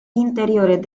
interiores